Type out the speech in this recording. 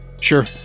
Sure